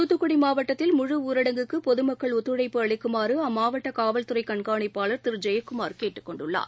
தூத்துக்குடமாவட்டத்தில் ஊரடங்குக்குபொதுமக்கள் முழ ஒத்துழைப்பு அளிக்குமாறுஅம்மாவட்டகாவல்துறைகண்காணிப்பாளர் திருஜெயக்குமார் கேட்டுக் கொண்டுள்ளார்